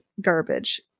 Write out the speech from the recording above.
garbage